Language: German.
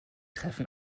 treffen